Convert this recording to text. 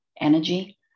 energy